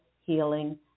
healing